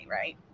right